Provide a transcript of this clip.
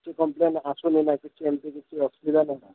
କିଛି କମ୍ପ୍ଲେନ୍ ଆସୁନି ନା କିଛି ଏମିତି କିଛି ଅସୁବିଧା ନାହିଁ ନା